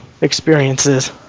experiences